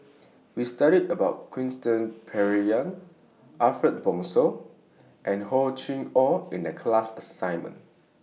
We studied about Quentin Pereira Ariff Bongso and Hor Chim Or in The class assignment